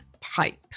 pipe